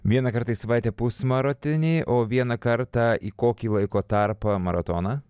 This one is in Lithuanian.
vieną kartą į savaitę pusmaratonį o vieną kartą į kokį laiko tarpą maratoną